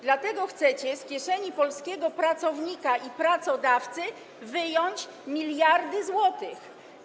Dlatego chcecie z kieszeni polskiego pracownika i pracodawcy wyjąć miliardy złotych.